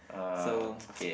so